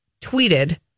tweeted